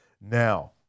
now